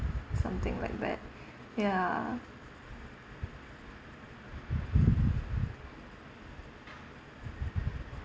something like that ya